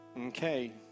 okay